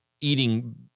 eating